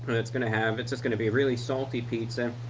that's gonna have, it's just gonna be really salty pizza.